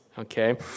Okay